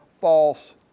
false